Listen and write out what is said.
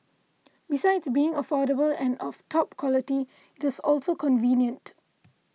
besides being affordable and of top quality it is also convenient